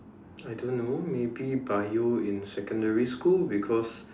I don't know maybe Bio in secondary school because